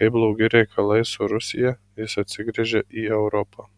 kai blogi reikalai su rusija jis atsigręžia į europą